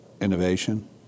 Innovation